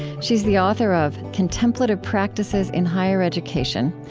she is the author of contemplative practices in higher education,